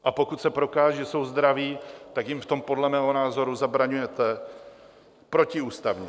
A pokud se prokáže, že jsou zdraví, tak jim v tom podle mého názoru zabraňujete protiústavně.